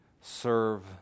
serve